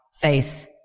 face